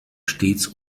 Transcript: stets